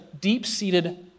deep-seated